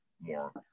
more